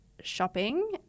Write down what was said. shopping